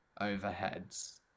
overheads